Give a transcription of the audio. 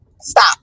stop